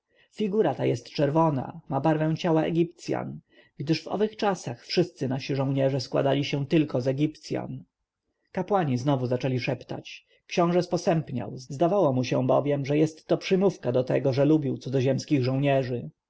figura ta jest czerwona ma barwę ciała egipcjan gdyż w owych czasach wszyscy nasi żołnierze składali się tylko z egipcjan kapłani znowu zaczęli szeptać książę sposępniał zdawało mu się bowiem że jest to przymówka do niego który lubił cudzoziemskich